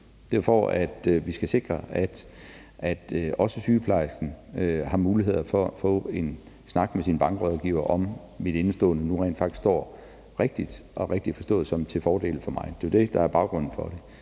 efterlevet. For vi skal jo sikre, at også sygeplejersken har en mulighed for at få en snak med sin bankrådgiver om, om ens indestående nu rent faktisk står rigtigt, og om det er rigtigt forstået, at det er til fordel for en. Det er jo det, der er baggrunden for det.